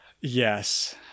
yes